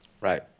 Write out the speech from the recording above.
Right